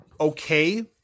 okay